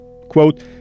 Quote